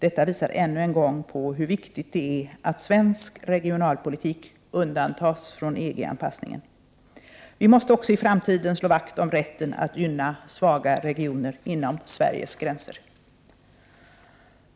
Detta visar ännu en gång hur viktigt det är att svensk regionalpolitik undantas från EG-anpassningen. Vi måste också i framtiden slå vakt om rätten att gynna svaga regioner inom Sveriges gränser!